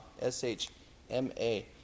S-H-M-A